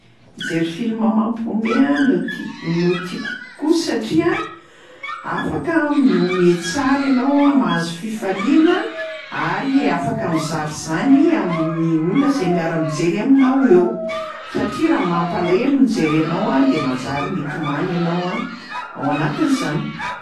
Mijery filma mampiomehy a no ti- no tiako kokoa satria afaka mihomehy tsara ianao, mahazo fifaliana ary afaka mizara zany amin'ny olona zay miara-mijery aminao eo; satria raha mampalahelo no jerenao de manjary mitomany ianao a ao anatin'zany.